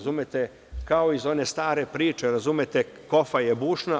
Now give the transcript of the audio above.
Znate, kao iz one stare priče, razumete, kofa je bušna.